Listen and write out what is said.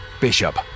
Bishop